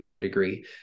degree